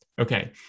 Okay